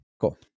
cool